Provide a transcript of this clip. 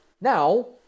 Now